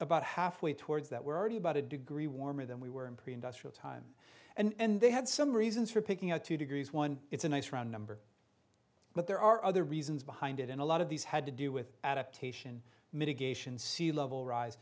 about halfway towards that we're already about a degree warmer than we were in pre industrial time and they had some reasons for picking out two degrees one it's a nice round number but there are other reasons behind it and a lot of these had to do with adaptation mitigation sea level rise